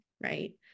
right